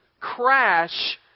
crash